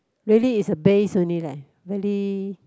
really is a bass only leh really